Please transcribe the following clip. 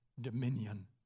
dominion